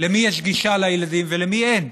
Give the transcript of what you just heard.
למי יש גישה לילדים ולמי אין.